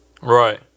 Right